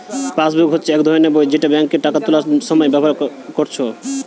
passbook হচ্ছে এক ধরণের বই যেটা বেঙ্কে টাকা তুলার সময় ব্যাভার কোরছে